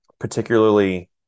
particularly